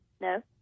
No